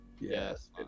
Yes